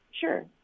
Sure